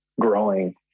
growing